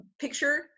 picture